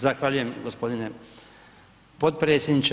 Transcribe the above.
Zahvaljujem gospodine potpredsjedniče.